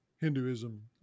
Hinduism